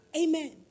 Amen